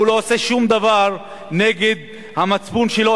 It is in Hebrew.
הוא לא עושה שום דבר נגד המצפון שלו,